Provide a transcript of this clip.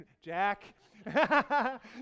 Jack